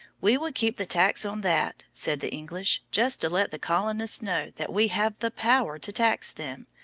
we will keep the tax on that, said the english, just to let the colonists know that we have the power to tax them,